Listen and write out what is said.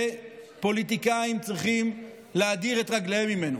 שפוליטיקאים צריכים להדיר את רגליהם ממנו.